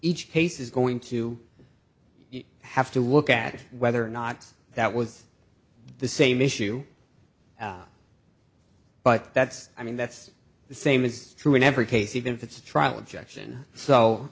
each case is going to have to look at whether or not that was the same issue but that's i mean that's the same is true in every case even if it's a trial objection so